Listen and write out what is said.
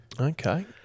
Okay